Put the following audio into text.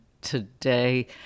today